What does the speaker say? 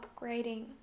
upgrading